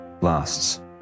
lasts